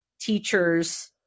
teachers